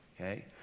okay